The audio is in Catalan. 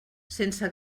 sense